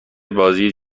بازی